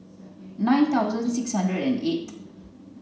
nine thousand six hundred and eight